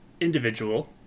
individual